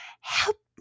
help